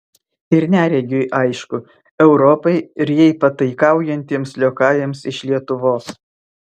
ir neregiui aišku europai ir jai pataikaujantiems liokajams iš lietuvos